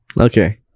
okay